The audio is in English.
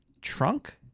trunk